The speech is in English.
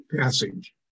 Passage